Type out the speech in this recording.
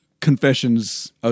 Confessions